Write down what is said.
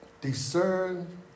discern